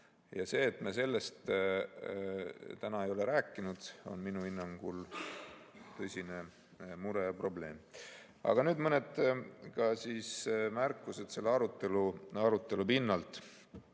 See, et me sellest täna ei ole rääkinud, on minu hinnangul tõsine mure ja probleem. Aga nüüd mõned märkused selle arutelu pinnalt.